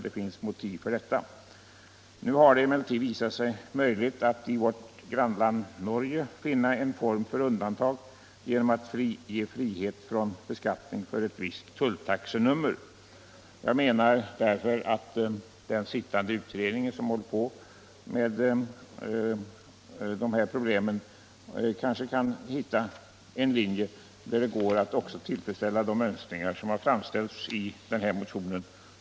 I vårt grannland Norge har det visat sig möjligt att finna en form för undantag genom att ge frihet från beskattning för ett visst tulltaxenummer. Jag anser därför att den utredning som sysslar med hithörande problem borde kunna hitta en linje som gör det möjligt att tillfredsställa motionärernas önskemål.